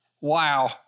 Wow